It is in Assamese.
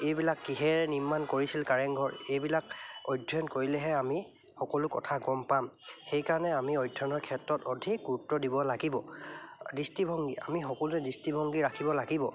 এইবিলাক কিহেৰে নিৰ্মাণ কৰিছিল কাৰেংঘৰ এইবিলাক অধ্যয়ন কৰিলেহে আমি সকলো কথা গম পাম সেইকাৰণে আমি অধ্যয়নৰ ক্ষেত্ৰত অধিক গুৰুত্ব দিব লাগিব দৃষ্টিভংগী আমি সকলোৱে দৃষ্টিভংগী ৰাখিব লাগিব